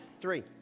Three